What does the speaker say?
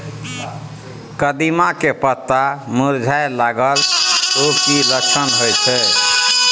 कदिम्मा के पत्ता मुरझाय लागल उ कि लक्षण होय छै?